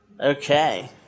Okay